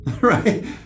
Right